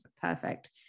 perfect